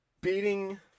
beating